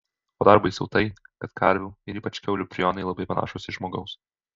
o dar baisiau tai kad karvių ir ypač kiaulių prionai labai panašūs į žmogaus